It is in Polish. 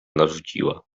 narzuciła